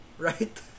Right